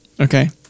Okay